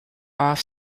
off